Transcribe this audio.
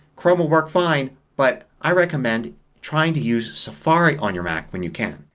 chrome will work fine but i recommend trying to use safari on your mac when you can.